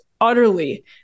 utterly